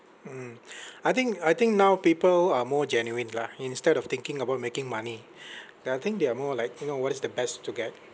mm I think I think now people are more genuine lah instead of thinking about making money they I think they are more like you know what is the best to get